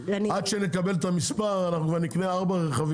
עד שנקבל את המספר, כבר נקנה ארבעה רכבים.